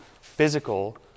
physical